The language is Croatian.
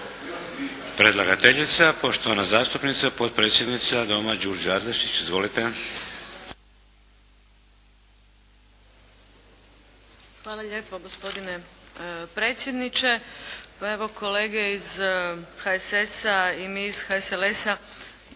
Predlagateljica, poštovana zastupnica potpredsjednica Doma Đurđa Adlešić. Izvolite! **Adlešič, Đurđa (HSLS)** Hvala lijepo gospodine predsjedniče. Pa, evo kolege iz HSS-a i mi iz HSLS-a,